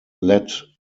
led